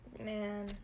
Man